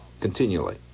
continually